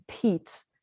compete